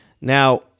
Now